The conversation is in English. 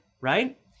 right